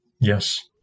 Yes